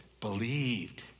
believed